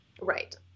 Right